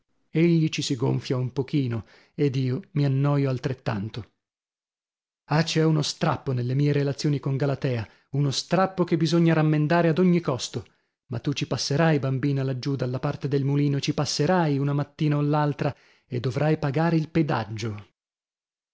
egli ci si gonfia un pochino ed io mi annoio altrettanto ah c'è uno strappo nelle mie relazioni con galatea uno strappo che bisogna rammendare ad ogni costo ma tu ci passerai bambina laggiù dalla parte del mulino ci passerai una mattina o l'altra e dovrai pagare il pedaggio